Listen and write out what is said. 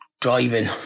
driving